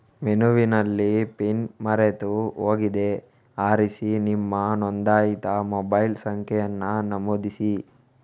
ಮೆನುವಿನಲ್ಲಿ ಪಿನ್ ಮರೆತು ಹೋಗಿದೆ ಆರಿಸಿ ನಿಮ್ಮ ನೋಂದಾಯಿತ ಮೊಬೈಲ್ ಸಂಖ್ಯೆಯನ್ನ ನಮೂದಿಸಿ